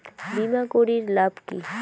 বিমা করির লাভ কি?